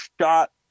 shot